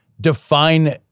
define